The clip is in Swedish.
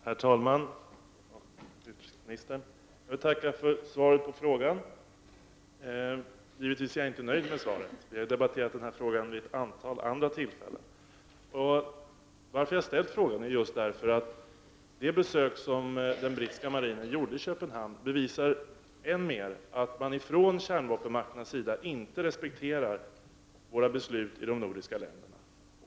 Herr talman? Jag vill tacka utrikesministern för svaret på min fråga. Jag är givetvis inte nöjd med svaret. Vi har debatterat den här saken vid ett flertal tillfällen. Orsaken till att jag har ställt frågan är att det besök som den brittiska marinen gjorde i Köpenhamn bevisar att man från kärnvapenmakternas sida inte respekterar de beslut som fattats i de nordiska länderna.